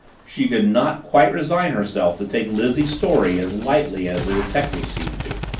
she could not quite resign herself to take lizzie's story as lightly as the detective seemed to.